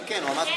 כן, כן.